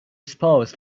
spouse